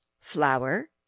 flour